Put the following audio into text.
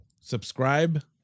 Subscribe